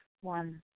One